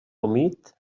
humit